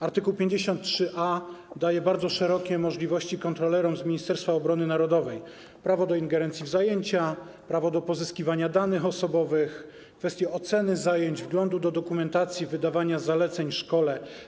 Art. 53a daje bardzo szerokie możliwości kontrolerom z Ministerstwa Obrony Narodowej: prawo do ingerencji w zajęcia, prawo do pozyskiwania danych osobowych, kwestie oceny zajęć, wglądu do dokumentacji, wydawania zaleceń szkole.